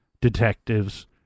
Detectives